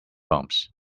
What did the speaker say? bumps